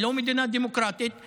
היא לא מדינה דמוקרטית,